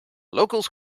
locals